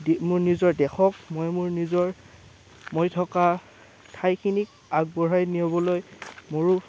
দেশক মই মোৰ নিজৰ দেশক মই থকা ঠাইখিনিক আগবঢ়াই নিবলৈ মোৰো